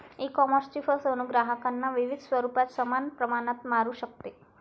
ईकॉमर्सची फसवणूक ग्राहकांना विविध स्वरूपात समान प्रमाणात मारू शकते